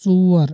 ژور